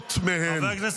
מאות מהן,